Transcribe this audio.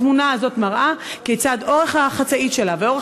התמונה הזאת מראה כיצד אורך החצאית שלה ואורך